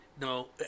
No